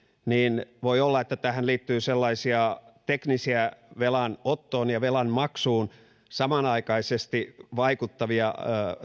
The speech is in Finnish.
niin voi olla että tähän liittyy sellaisia teknisiä velanottoon ja velanmaksuun samanaikaisesti vaikuttavia